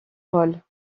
rôle